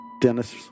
Dennis